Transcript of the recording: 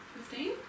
Fifteen